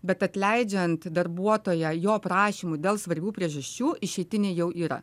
bet atleidžiant darbuotoją jo prašymu dėl svarbių priežasčių išeitinė jau yra